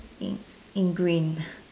in ingrained